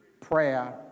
Prayer